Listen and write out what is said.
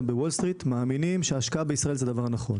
בוול סטריט מאמינים שהשקעה בישראל זה דבר נכון.